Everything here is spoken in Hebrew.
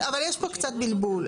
אבל יש פה קצת בלבול.